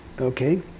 okay